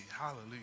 Hallelujah